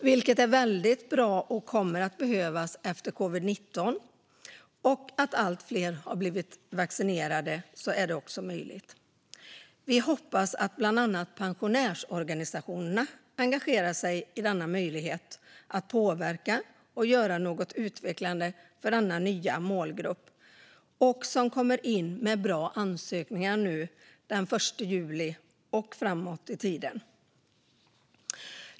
Det är väldigt bra och kommer att behövas efter covid-19, och när allt fler har blivit vaccinerade blir detta möjligt. Ett modernt regelverk för Allmänna arvs-fonden Vi hoppas att bland annat pensionärsorganisationerna ska engagera sig i denna möjlighet att påverka och göra något utvecklade för den nya målgruppen och att de kommer in med bra ansökningar den 1 juli och framåt i tiden.